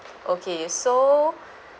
okay so